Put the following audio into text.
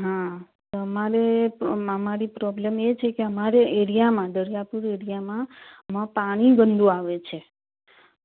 હં અમારે મા મારી પ્રોબ્લેમ એ છે કે અમારે એરિયામાં દરિયાપુર એરિયામાં પાણી ગંદુ આવે છે